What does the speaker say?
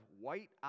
white